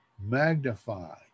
magnify